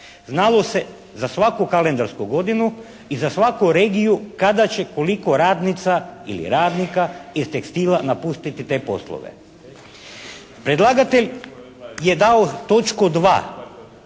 Znalo se za svaku kalendarsku godinu i za svaku regiju kada će koliko radnica ili radnika iz tekstila napustiti te poslove. Predlagatelj je dao točku 2.